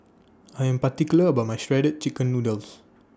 I Am particular about My Shredded Chicken Noodles